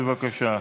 בבקשה.